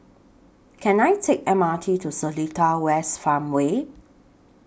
Can I Take The M R T to Seletar West Farmway